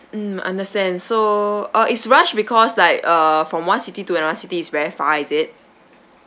mm understand so uh it's rushed because like uh from one city to another city is very far is it